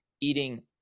eating